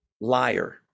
Liar